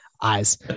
eyes